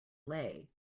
lay